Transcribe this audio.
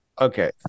Okay